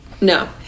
No